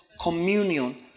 communion